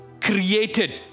created